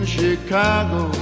Chicago